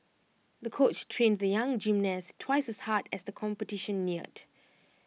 the coach trained the young gymnast twice as hard as the competition neared